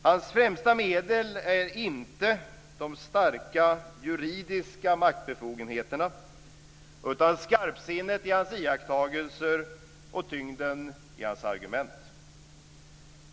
Hans främsta medel är inte de starka juridiska maktbefogenheterna utan skarpsinnet i hans iakttagelser och tyngden i hans argument.